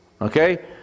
Okay